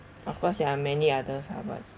of course there are many others ah but